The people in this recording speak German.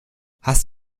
hast